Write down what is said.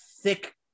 thick